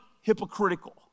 hypocritical